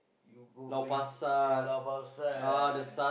you go bring ya Lau-Pa-Sat